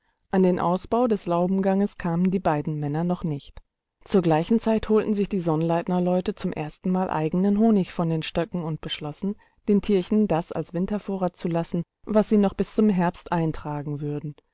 an den ausbau des laubenganges kamen die beiden männer noch nicht zur gleichen zeit holten sich die sonnleitnerleute zum ersten mal eigenen honig von den stöcken und beschlossen den tierchen das als wintervorrat zu lassen was sie noch bis zum herbst eintragen würden